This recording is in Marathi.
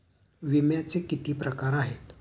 विम्याचे किती प्रकार आहेत?